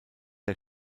der